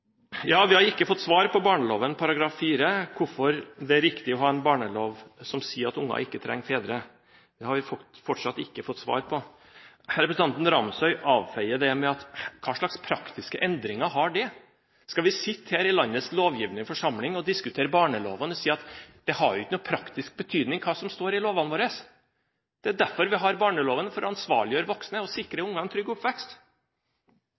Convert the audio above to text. Vi har ikke fått svar på det som gjelder barneloven § 4, om hvorfor det er riktig å ha en barnelov som sier at ungene ikke trenger fedre. Representanten Nilsson Ramsøy avfeier det med spørsmål om hva slags praktiske endringer det har. Skal vi sitte her i landets lovgivende forsamling og diskutere barneloven og si at det ikke har noen praktisk betydning hva som står i lovene våre? Det er derfor vi har barneloven, for å ansvarliggjøre voksne og sikre ungene en trygg oppvekst.